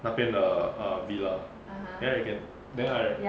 那边的 err villa then I can then I